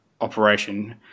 operation